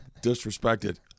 disrespected